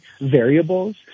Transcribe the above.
variables